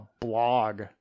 blog